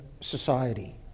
society